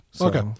Okay